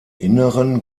inneren